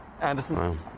Anderson